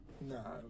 No